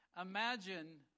Imagine